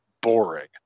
boring